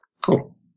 Cool